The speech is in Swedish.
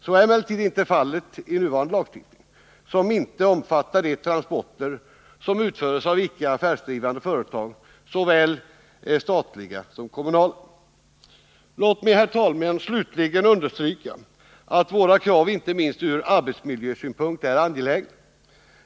Så är emellertid inte fallet i nuvarande lagstiftning, som inte omfattar de transporter som utförs av icke affärsdrivande företag, såväl statliga som kommunala. Låt mig, herr talman, slutligen understryka att våra krav inte minst ur arbetsmiljö ynpunkt är angelägna.